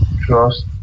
trust